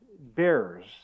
bearers